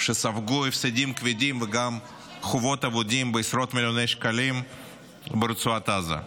שספגו הפסדים כבדים וגם חובות אבודים בעשרות מיליוני שקלים ברצועת עזה.